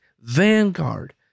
Vanguard